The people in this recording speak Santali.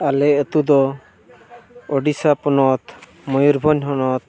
ᱟᱞᱮ ᱟᱹᱛᱩ ᱫᱚ ᱩᱰᱤᱥᱥᱟ ᱯᱚᱱᱚᱛ ᱢᱚᱭᱩᱨᱵᱷᱚᱸᱡᱽ ᱦᱚᱱᱚᱛ